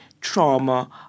trauma